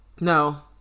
No